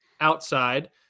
outside